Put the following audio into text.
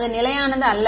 அது நிலையானது அல்ல